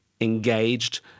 engaged